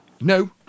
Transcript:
No